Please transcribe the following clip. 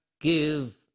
give